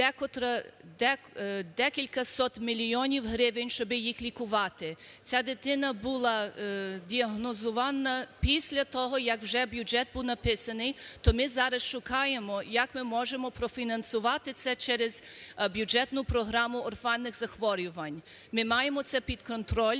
декілька сот мільйонів гривень, щоби їх лікувати. Ця дитина була діагнозована після того, як вже бюджет був написаний, то ми зараз шукаємо, як ми можемо профінансувати це через бюджетну програму орфанних захворювань. Ми маємо це під контроль,